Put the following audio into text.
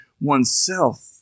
oneself